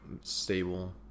stable